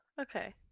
Okay